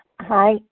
Hi